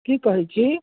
की कहै छी